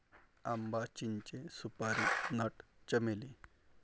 आंबा, चिंचे, सुपारी नट, चमेली